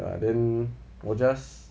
ya then 我 just